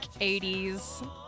80s